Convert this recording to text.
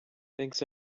thanks